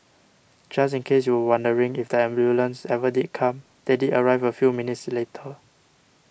just in case you were wondering if the ambulance ever did come they did arrive a few minutes later